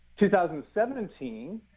2017